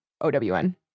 O-W-N